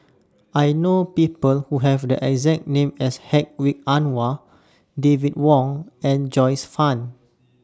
I know People Who Have The exact name as Hedwig Anuar David Wong and Joyce fan